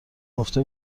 گفته